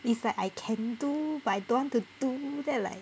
it's like I can do but I don't want to do then I like